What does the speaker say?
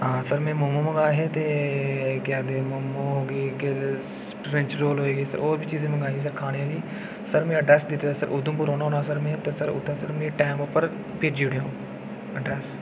sir momo मंगाए ते केह् आखदे हे मोमो फ्रैंच रोल होई गे सर ओर बी चीजां मंगाइ'यां हियां खाने आह्लियां सर में अडरैस दित्ते दा में उधमपूर रौह्न्ना होन्नां ते सर में तुस मिगी टैम उप्पर भेजी ओड़ेओ